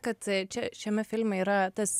kad čia šiame filme yra tas